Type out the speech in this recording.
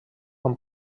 amb